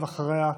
אחריה,